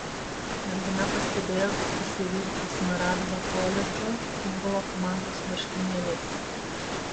mergina pastebėjo kad visi vilki smaragdo koledžo futbolo komandos marškinėliais